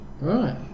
Right